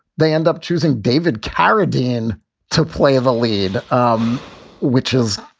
they end up choosing david carradine to play the lead, um which is